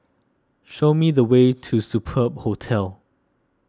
show me the way to Superb Hostel